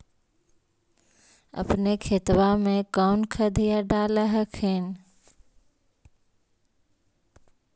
अपने खेतबा मे कौन खदिया डाल हखिन?